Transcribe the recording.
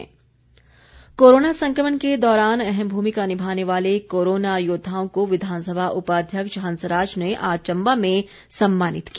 सम्मान कोरोना संक्रमण के दौरान अहम भूमिका निभाने वाले कोरोना योद्वाओं को विधानसभा उपाध्यक्ष हंसराज ने आज चम्बा में सम्मानित किया